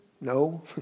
No